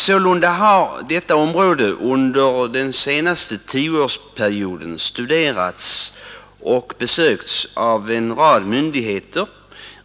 Sålunda har detta område under den senaste 10-årsperioden besökts och studerats av en rad myndigheter.